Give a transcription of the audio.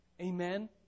Amen